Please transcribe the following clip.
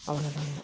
அவ்வளோதாங்க